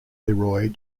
leroy